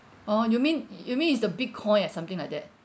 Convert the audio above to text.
orh you mean you mean it's the Bitcoin or something like that